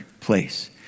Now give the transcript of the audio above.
place